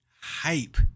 hype